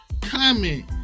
comment